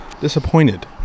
disappointed